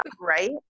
right